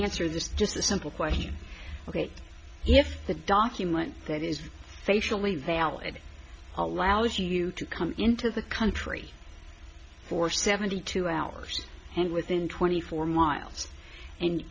answer this just a simple question ok if the document that is facially valid allows you to come into the country for seventy two hours and within twenty four miles and